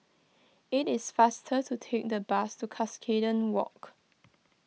it is faster to take the bus to Cuscaden Walk